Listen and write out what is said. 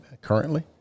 currently